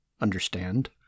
Understand